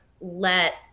let